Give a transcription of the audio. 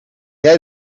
jij